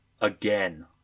again